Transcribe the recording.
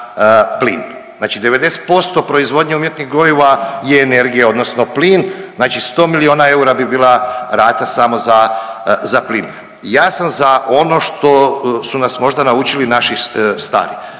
plin. Znači 90% proizvodnje umjetnih goriva je energija odnosno plin, znači 100 milijuna eura bi bila rata samo za plin. Ja sam za ono što su nas možda naučili naši stari,